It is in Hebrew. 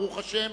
ברוך השם,